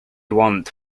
want